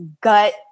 gut